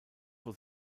vor